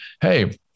Hey